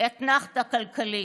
אתנחתה כלכלית.